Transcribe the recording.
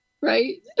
Right